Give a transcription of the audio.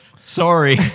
Sorry